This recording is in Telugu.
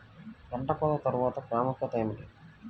పంట కోత తర్వాత ప్రాముఖ్యత ఏమిటీ?